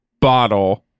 bottle